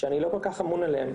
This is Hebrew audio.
שאני לא כל כך אמון עליהם.